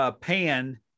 Pan